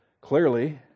clearly